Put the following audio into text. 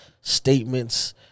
statements